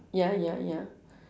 ya ya ya